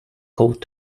called